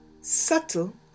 Subtle